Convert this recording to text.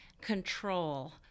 control